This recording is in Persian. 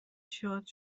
شاد